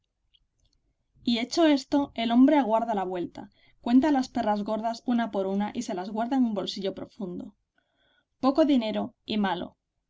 y hecho esto el hombre aguarda la vuelta cuenta las perras gordas una por una y se las guarda en un bolsillo profundo poco dinero y malo